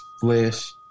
Flesh